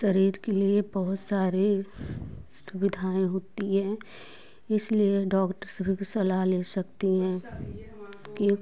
शरीर के लिए बहुत सारी सुविधाएँ होती हैं इसलिए डौक्टर से सभी भी सलाह ले सकती हैं कि